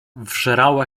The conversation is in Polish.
wżerała